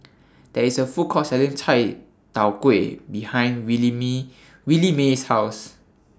There IS A Food Court Selling Chai Tow Kway behind Williemae's House